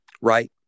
Right